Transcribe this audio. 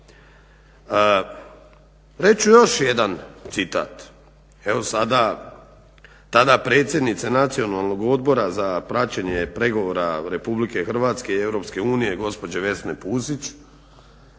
ću još jedan citat, evo sada tada predsjednica Nacionalnog odbora za praćenje pregovora RH i EU gospođe Vesne Pusić,